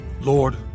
lord